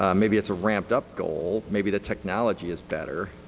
um maybe it's a ramped-up goal. maybe the technology is better.